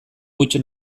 huts